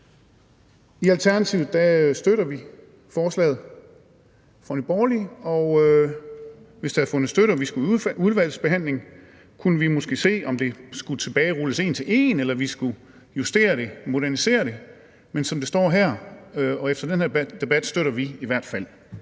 I Alternativet støtter vi forslaget fra Nye Borgerlige, og hvis der bliver fundet støtte og vi skal i udvalgsbehandling, kunne vi måske se, om det skulle tilbagerulles en til en, eller om vi skulle justere og modernisere det. Men efter den her debat støtter vi i hvert fald